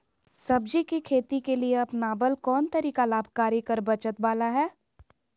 सब्जी के खेती के लिए अपनाबल कोन तरीका लाभकारी कर बचत बाला है?